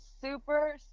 super